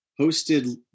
hosted